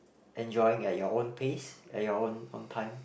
enjoying at your own pace at your own own time